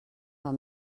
war